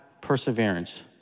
perseverance